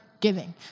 giving